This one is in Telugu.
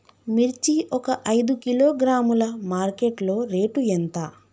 మిర్చి ఒక ఐదు కిలోగ్రాముల మార్కెట్ లో రేటు ఎంత?